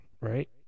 right